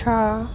छा